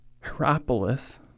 Hierapolis